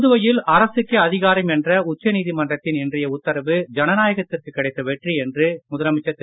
புதுவையில் அரசுக்கே அதிகாரம் என்ற உச்சநீதிமன்றத்தின் இன்றைய உத்தரவு ஜனநாயகத்திற்கு கிடைத்த வெற்றி என்று முதலமைச்சர் திரு